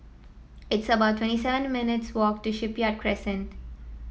it's about twenty seven minutes' walk to Shipyard Crescent